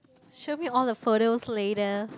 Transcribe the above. show me all the photos later